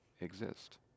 exist